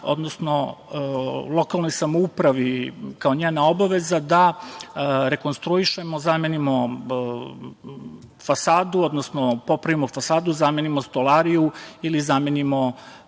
odnosno lokalnoj samoupravi kao njena obaveza da rekonstruišemo, zamenimo fasadu, odnosno popravimo fasadu, zamenimo stolariju ili zamenimo